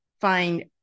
find